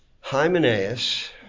Hymenaeus